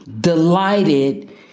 delighted